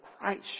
Christ